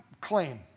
claim